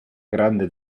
grande